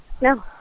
No